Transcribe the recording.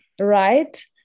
Right